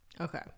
Okay